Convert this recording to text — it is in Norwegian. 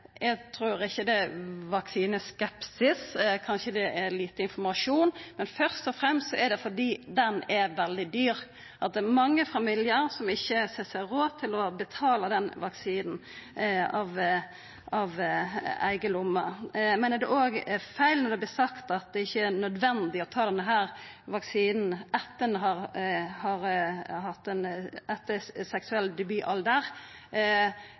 det er vaksineskepsis, kanskje er det lite informasjon, men først og fremst er det fordi vaksinen er veldig dyr, og at det er mange familiar som ikkje ser seg råd til å betala denne vaksinen av eiga lomme. Det er òg feil når det vert sagt at det ikkje er nødvendig å ta denne vaksinen etter seksuell debutalder. Folkehelseinstituttet seier at han har ein